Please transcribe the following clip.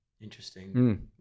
interesting